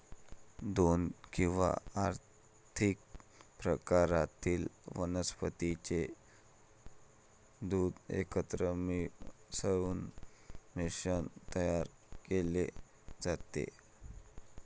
दोन किंवा अधिक प्रकारातील वनस्पतीचे दूध एकत्र मिसळून मिश्रण तयार केले जाते